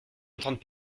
entendre